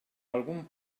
algun